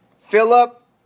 Philip